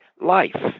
life